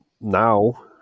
now